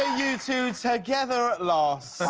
two together at last!